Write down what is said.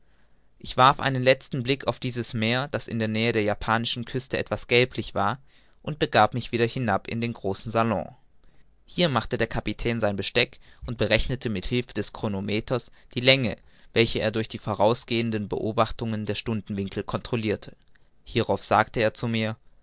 ich warf einen letzten blick auf dieses meer das in der nähe der japanischen küste etwas gelblich war und begab mich wieder hinab in den großen salon hier machte der kapitän sein besteck und berechnete mit hilfe des chronometers die länge welche er durch die vorausgehenden beobachtungen der stundenwinkel controlirte hierauf sagte er zu mir